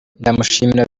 ndamushimira